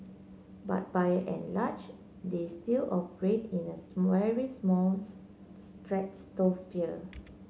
but by and large they still operate in a very small stratosphere